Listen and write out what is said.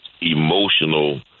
emotional